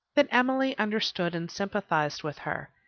that emily understood and sympathized with her,